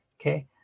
okay